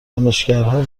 کنشگرها